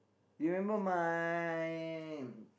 remember my